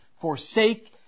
forsake